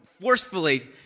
forcefully